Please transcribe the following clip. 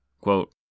Quote